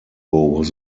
was